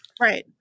Right